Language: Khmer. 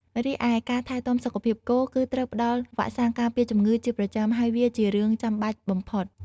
រីឯការថែទាំសុខភាពគោ គឺត្រូវផ្តល់វ៉ាក់សាំងការពារជំងឺជាប្រចាំ ហើយវាជារឿងចាំបាច់បំផុត។